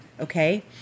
okay